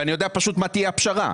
ואני יודע מה תהיה הפשרה,